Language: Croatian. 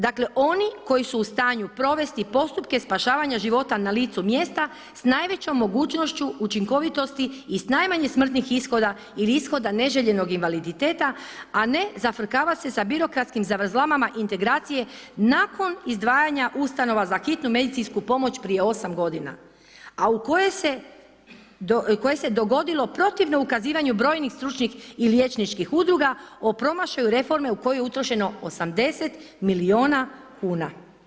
Dakle oni koji su u stanju provesti postupke spašavane života na licu mjesta s najvećom mogućnošću učinkovitosti i s najmanje smrtnih ishoda ili ishoda neželjenog invaliditeta a ne zafrkavat se sa birokratskih zavrzlamama integracije nakon izdvajanja ustanova za hitnu medicinsku pomoć prije 8 g. a u kojoj se dogodilo protivno ukazivanju brojnih stručnih i liječničkih udruga o promašaju reforme u koju je utrošeno 80 milijuna kuna.